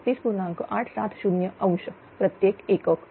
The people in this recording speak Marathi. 870° प्रत्येक एकक